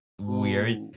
Weird